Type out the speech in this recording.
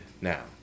now